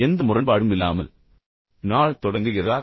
எந்த முரண்பாடும் இல்லாமல் நாள் தொடங்குகிறதா